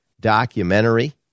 documentary